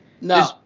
No